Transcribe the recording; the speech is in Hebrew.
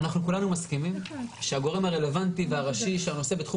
כולנו מסכימים שהגורם הרלוונטי והראשי שהנושא בתחום